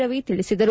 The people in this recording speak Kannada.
ರವಿ ತಿಳಿಸಿದರು